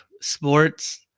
sports